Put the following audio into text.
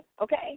Okay